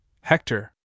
Hector